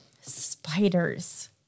spiders